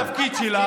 זה התפקיד שלך?